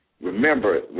remember